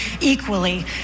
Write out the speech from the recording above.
equally